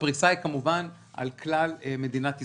הפריסה היא כמובן על כלל מדינת ישראל,